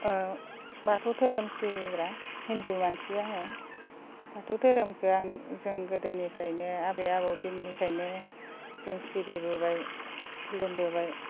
ओ बाथौ धोरोम सिबिग्रा हिन्दु मानसि आङो बाथौ धोरोमखौ आं जों गोदोनिफ्रायनो आबै आबौ दिननिफ्रायनो जों सिबिबोबाय खुलुमबोबाय